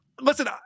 Listen